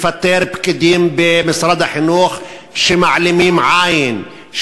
לפטר פקידים במשרד החינוך שמעלימים עין,